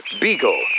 Beagle